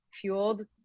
fueled